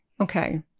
Okay